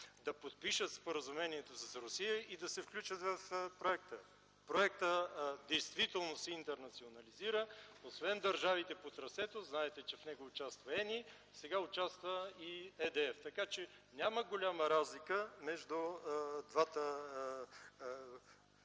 да подпишат споразумението с Русия и да се включат в проекта. Проектът действително се интернационализира. Освен държавите по трасето, знаете, че в него участва ЕNI, сега участва и EDF, така че няма голяма разлика между двата